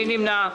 מי נמנע?